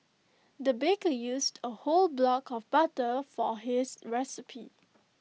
the baker used A whole block of butter for his recipe